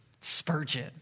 Spurgeon